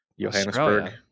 Johannesburg